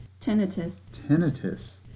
Tinnitus